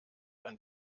ein